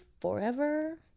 forever